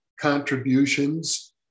contributions